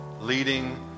leading